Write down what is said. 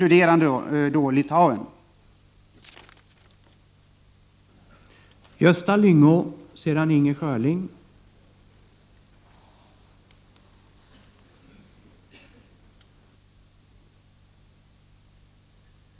Litauen uppe till 16 november 1989